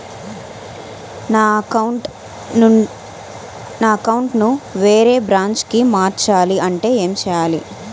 నా అకౌంట్ ను వేరే బ్రాంచ్ కి మార్చాలి అంటే ఎం చేయాలి?